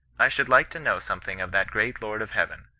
i should like to know something of that great lord of heaven,